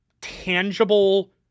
tangible